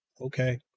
Okay